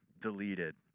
deleted